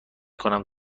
کنم